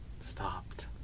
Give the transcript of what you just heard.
stopped